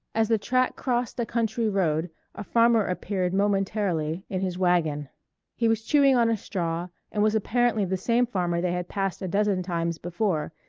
as the track crossed a country road a farmer appeared momentarily in his wagon he was chewing on a straw and was apparently the same farmer they had passed a dozen times before,